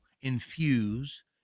infuse